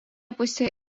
pusėje